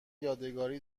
یادگاری